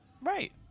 Right